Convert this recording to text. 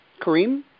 Kareem